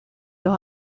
los